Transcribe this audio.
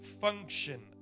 function